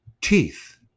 teeth